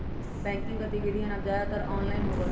banking गतिविधियन अब ज्यादातर ऑनलाइन होबा हई